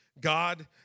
God